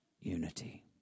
Unity